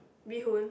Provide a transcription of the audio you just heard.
bee hoon